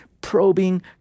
probing